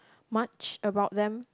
much about them